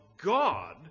God